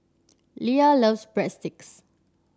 Lea loves Breadsticks